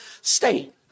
state